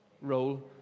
role